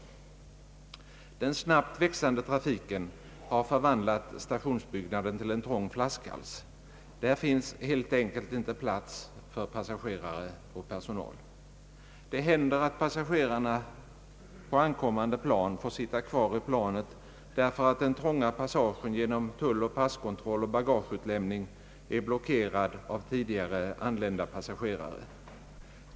Den snabbt växande trafiken har förvandlat stationsbyggnaden till en trång flaskhals. Där finns helt enkelt inte plats för passagerare och personal. Det händer att passagerarna på ankommande plan måste sitta kvar i planet därför att den trånga passagen genom tull, passkontroll och bagageutlämning är blockerad av tidigare anlända passagerare.